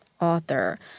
author